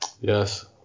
Yes